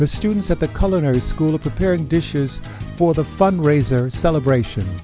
the students at the cologne or school preparing dishes for the fundraiser celebration